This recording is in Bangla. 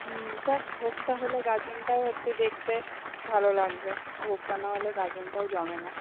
হুম যাক ভোগটা হলে গাজনটাও হচ্ছে দেখতে ভালো লাগবে ভোগটা না হলে গাজনটাও জমে না